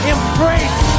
Embrace